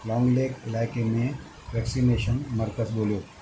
लोंगलेंग इलाइके में वैक्सीनेशन मर्कज़ ॻोल्हियो